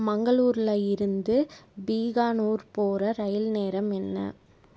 மங்களூரில் இருந்து பீகானூர் போகற ரயில் நேரம் என்ன